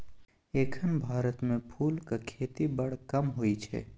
एखन भारत मे फुलक खेती बड़ कम होइ छै